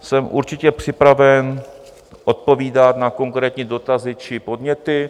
Jsem určitě připraven odpovídat na konkrétní dotazy či podněty.